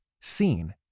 seen